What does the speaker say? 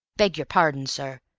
beg yer pardon, sir,